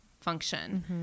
function